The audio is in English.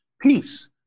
Peace